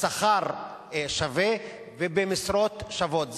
בשכר שווה ובמשרות שוות.